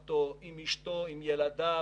וישלים את הבחינה של תהליכי עבודה